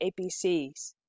APCs